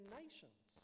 nations